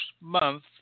month